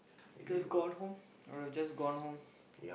just gone home I would just gone home